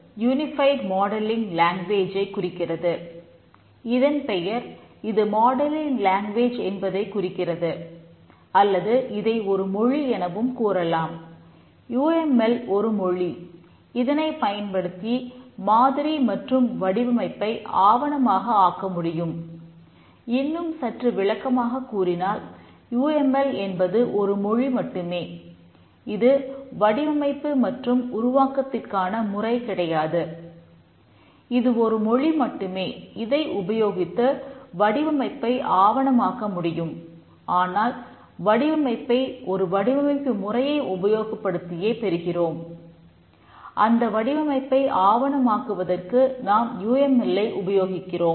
you M L ஐ உபயோகிக்கிறோம்